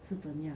是样